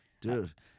Dude